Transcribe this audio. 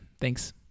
Thanks